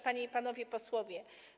Panie i Panowie Posłowie!